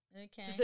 okay